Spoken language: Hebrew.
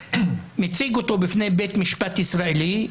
מציג אותו בפני בית משפט ישראלי,